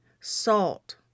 salt